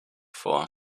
vor